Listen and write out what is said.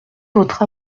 votre